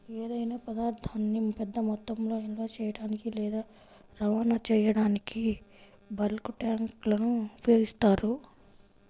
ఏదైనా పదార్థాన్ని పెద్ద మొత్తంలో నిల్వ చేయడానికి లేదా రవాణా చేయడానికి బల్క్ ట్యాంక్లను ఉపయోగిస్తారు